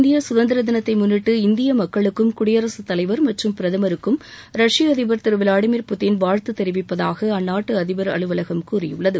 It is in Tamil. இந்திய சுதந்திர தினத்தை முன்னிட்டு இந்திய மக்களுக்கும் குடியரசுத்தலைவர் மற்றும் பிரதமருக்கும் ரஷ்ப அதிபர் திரு விளாடிமிர் புட்டின் வாழ்த்து தெரிவிப்பதாக அந்நாட்டு அதிபர் அலுவலகம் கூறியுள்ளது